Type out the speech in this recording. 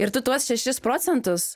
ir tu tuos šešis procentus